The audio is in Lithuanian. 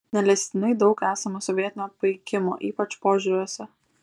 neleistinai daug esama sovietinio paikimo ypač požiūriuose